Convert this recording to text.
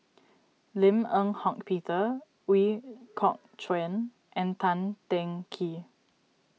Lim Eng Hock Peter Ooi Kok Chuen and Tan Teng Kee